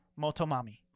Motomami